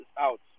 out